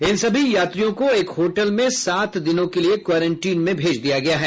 इन सभी यात्रियों को एक होटल में सात दिनों के लिये क्वारेंटीन में भेज दिया गया है